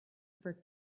for